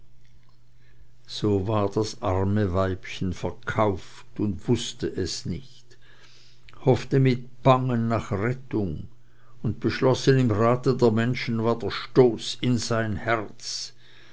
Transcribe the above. so war das arme weibchen verkauft und wußte es nicht hoffte mit bangen nach rettung und beschlossen im rate der menschen war der stoß in sein herz